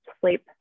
sleep